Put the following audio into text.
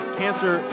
cancer